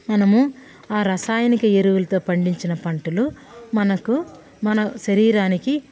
మనము ఆ రసాయనిక ఎరువులతో పండించిన పంటలు మనకు మన శరీరానికి